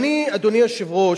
אדוני היושב-ראש,